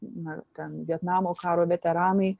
na ten vietnamo karo veteranai